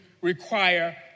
require